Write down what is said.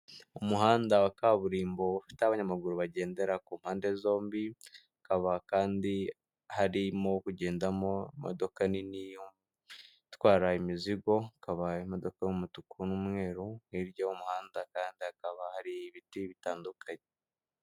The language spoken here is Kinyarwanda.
Umuhanda wa kaburimbo ufite aho abanyamaguru bagendera ku mpande zombi ukaba kandi harimo kugendamo imodoka nini itwara imizigo, hakaba imodoka umutuku n'umweru hirya y'umuhanda kandi hakaba hari ibiti bitandukanye.